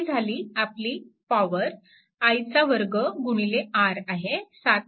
हीझाली आपली power i चा वर्ग गुणिले r आहे 7